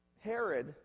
Herod